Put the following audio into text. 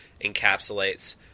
encapsulates